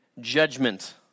judgment